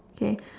okay